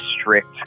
strict